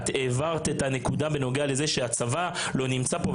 את הבהרת את הנקודה בנוגע לזה שהצבא לא נמצא פה,